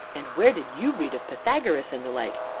and where did you read of pythagoras and the like?